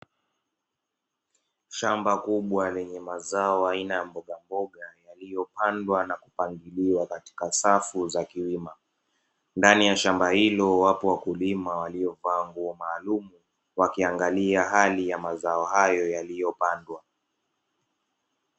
Shamba kubwa lenye mazao aina ya mbogamboga yaliyopandwa na kupangiliwa katika safu za kiwima, ndani ya shamba hilo wapo wakulima walivaa nguo maalumu wakiangalia hali ya mazao yao yaliyopandwa.